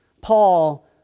Paul